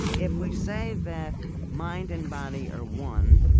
if we say that mind and body are one,